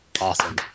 Awesome